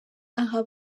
aha